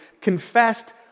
confessed